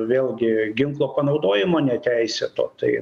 vėlgi ginklo panaudojimo neteisėto tai